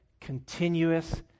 continuous